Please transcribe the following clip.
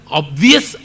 obvious